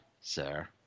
sir